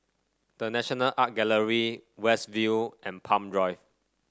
The National Art Gallery West View and Palm Drive